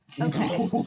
Okay